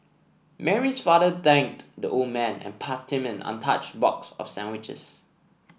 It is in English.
Mary's father thanked the old man and passed him an untouched box of sandwiches